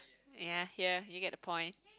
ya here you get the point